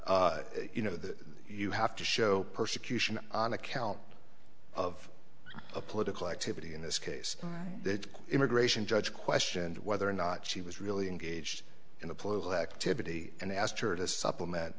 you know that you have to show persecution on account of a political activity in this case that immigration judge questioned whether or not she was really engaged in a political activity and asked her to supplement